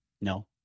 No